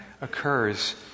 occurs